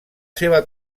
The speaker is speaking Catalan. seva